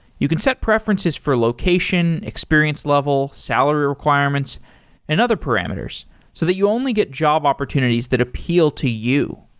you can set preferences for location, experience level, salary requirements and other parameters, so that you only get job opportunities that appeal to you.